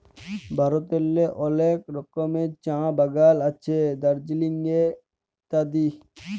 ভারতেল্লে অলেক রকমের চাঁ বাগাল আছে দার্জিলিংয়ে ইত্যাদি